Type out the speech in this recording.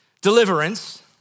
deliverance